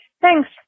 Thanks